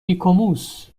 ایکوموس